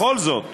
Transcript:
בכל זאת